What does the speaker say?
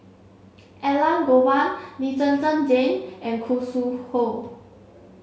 Elangovan Lee Zhen Zhen Jane and Khoo Sui Hoe